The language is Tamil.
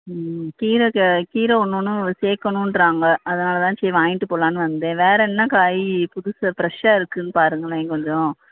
ம் கீரை க கீரை ஒன்றும் ஒன்றும் சேர்க்கணுன்றாங்க அதனால்தான் சரி வாங்கிகிட்டு போகலான்னு வந்தேன் வேறு என்ன காய் புதுசாக ஃப்ரெஷ்ஷாக இருக்குதுனு பாருங்களேன் கொஞ்சம்